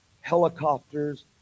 helicopters